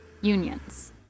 unions